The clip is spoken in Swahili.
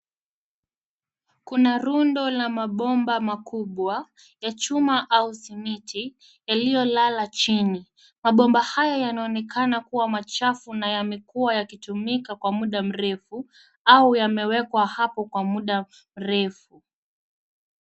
Kuna rundo la mabomba makubwa ya chuma au simiti iliyolala chini. Mabomba hayo yanaonekana kuwa machafu na yamekuwa yakitumika kwa muda mrefu au yamewekwa hapo kwa muda mrefu.